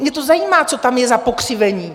Mě to zajímá, co tam je za pokřivení.